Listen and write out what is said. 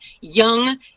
young